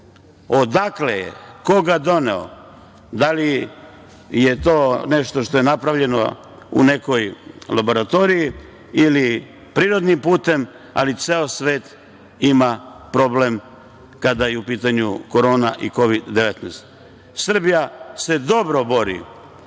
Odakle je? Ko ga je doneo? Da li je to nešto što je napravljeno u nekoj laboratoriji ili prirodnim putem ali ceo svet ima problem kada je u pitanju korona i Kovid-19.Srbija se dobro bori